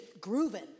grooving